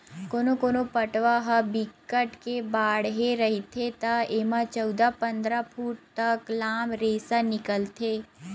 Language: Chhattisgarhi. कोनो कोनो पटवा ह बिकट के बाड़हे रहिथे त एमा चउदा, पंदरा फूट तक लाम रेसा निकलथे